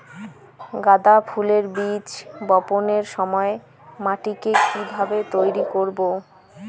গাদা ফুলের বীজ বপনের সময় মাটিকে কিভাবে তৈরি করব?